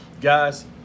Guys